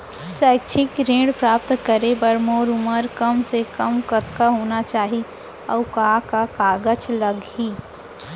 शैक्षिक ऋण प्राप्त करे बर मोर उमर कम से कम कतका होना चाहि, अऊ का का कागज लागही?